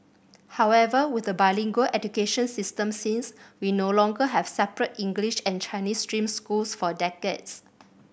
however with a bilingual education system since we no longer have separate English and Chinese stream schools for decades